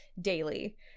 daily